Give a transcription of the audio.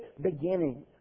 beginning